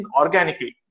organically